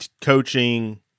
coaching